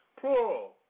plural